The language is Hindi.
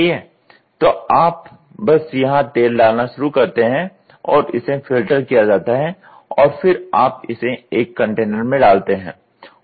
तो आप बस यहां तेल डालना शुरू करते हैं और इसे फ़िल्टर किया जाता है और फिर आप इसे एक कंटेनर में डालते हैं